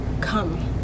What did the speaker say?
Come